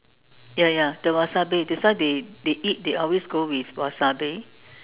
ya ya the wasabi that's why they they eat they always go with wasabi